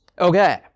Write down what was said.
Okay